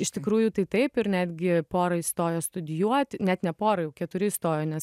iš tikrųjų tai taip ir netgi pora įstojo studijuoti net ne porai jau keturi įstojo nes